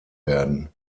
werden